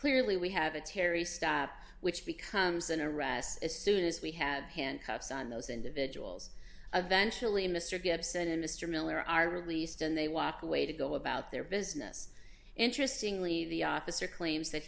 clearly we have a terry stop which becomes an arrest as soon as we have handcuffs on those individuals eventual and mr gibson and mr miller are released and they walk away to go about their business interesting lee the officer claims that